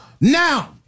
now